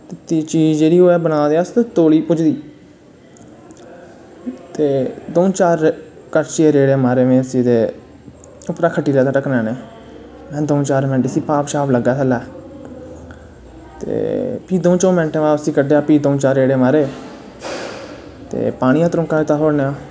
चीज जेह्ड़ी होऐ बना दे ते तौली बनदी ते दऊं चार कड़शिये दे रेड़े मारे में उसी ते उप्परा दा खट्टी लैत्ता ढकनै नै महां दऊं चार मैंट इसा भांव शांव लग्गै थल्लै फ्ही दुऐ चऊं मैंटैं बाद कड्डेआ चते रेड़े मारे ते पानी दा तरौंका दित्ता तोह्ड़ा जा